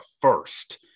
first